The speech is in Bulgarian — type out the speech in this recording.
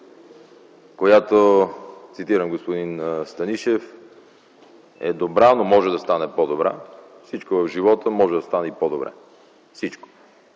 която, цитирам господин Станишев, е добра, но може да стане по-добра. Всичко в живота може да стане и по-добре. И